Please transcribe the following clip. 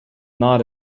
not